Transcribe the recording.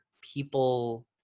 people